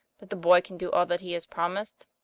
that the boy can do all that he has promised?